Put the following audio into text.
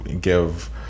give